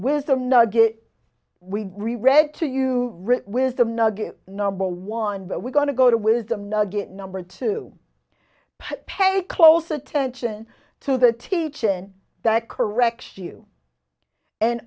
wisdom nugget we read to you with a nugget number one that we're going to go to wisdom nugget number to pay close attention to the teachin that correction you and